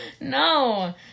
No